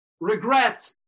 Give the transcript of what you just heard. Regret